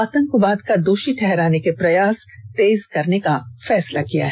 आतंकवाद का दोषी ठहराने के प्रयास तेज करने का फैसला किया है